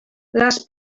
les